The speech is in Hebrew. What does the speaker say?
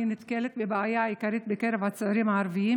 היא נתקלת בבעיה עיקרית בקרב הצעירים הערבים,